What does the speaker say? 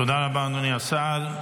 תודה רבה, אדוני השר.